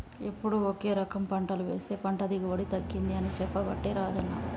ఎప్పుడు ఒకే రకం పంటలు వేస్తె పంట దిగుబడి తగ్గింది అని చెప్పబట్టే రాజన్న